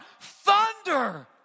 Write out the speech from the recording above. thunder